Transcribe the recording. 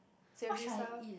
savory stuff